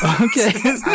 Okay